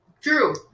true